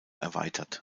erweitert